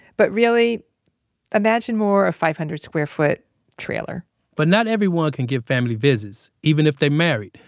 but really imagine more a five hundred square foot trailer but not everyone can get family visits. even if they're married.